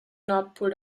nordpol